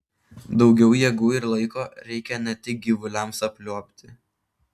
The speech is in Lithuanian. daugiau jėgų ir laiko reikia ne tik gyvuliams apliuobti